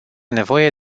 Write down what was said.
nevoie